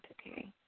Okay